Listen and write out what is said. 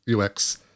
UX